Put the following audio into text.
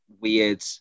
Weird